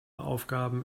aufgaben